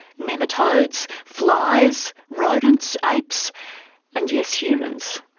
nematodes, flies, rodents, apes and yes, humans.